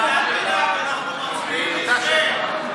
אנחנו מצביעים אתכם.